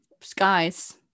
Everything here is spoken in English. Skies